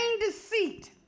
deceit